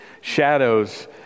shadows